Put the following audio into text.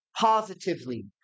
positively